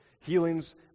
Healings